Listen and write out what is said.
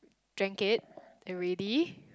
drank it already